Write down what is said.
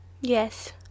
Yes